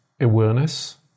awareness